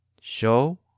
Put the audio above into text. Show